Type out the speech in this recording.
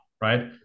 right